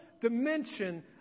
dimension